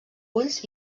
ulls